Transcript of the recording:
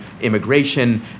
immigration